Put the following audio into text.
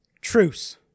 Truce